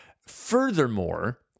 Furthermore